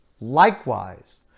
likewise